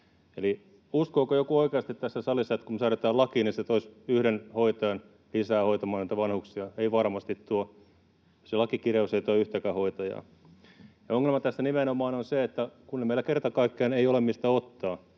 uskooko joku oikeasti tässä salissa, että kun säädetään laki, niin se toisi yhden hoitajan lisää hoitamaan niitä vanhuksia? Ei varmasti tuo. Se lakikirjaus ei tuo yhtäkään hoitajaa. Ongelma tässä on nimenomaan se, että meillä ei kerta kaikkiaan ole, mistä ottaa.